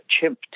chimp